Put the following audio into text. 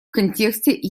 контексте